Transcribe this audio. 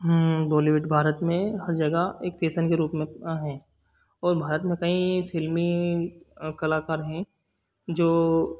बॉलीवुड भारत में हर जगह एक फेशन के रूप में है और भारत में कई फिल्मी कलाकार हैं जो